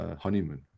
Honeymoon